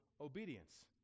obedience